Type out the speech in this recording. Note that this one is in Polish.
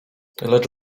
lecz